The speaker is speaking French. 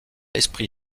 esprit